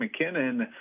McKinnon